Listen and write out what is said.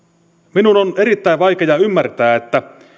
minun on erittäin vaikea ymmärtää että